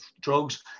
drugs